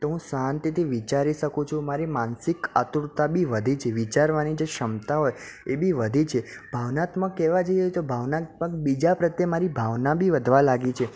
તો હું શાંતિથી વિચારી શકું છું મારી માનસિક આતુરતા બી વધી છે વિચારવાની જે ક્ષમતા હોય એ બી વધી છે ભાવનાત્મક કહેવા જઈએ તો ભાવનાત્મક બીજા પ્રત્યે મારી ભાવના બી વધવા લાગી છે